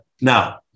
Now